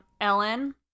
Ellen